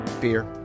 beer